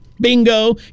Bingo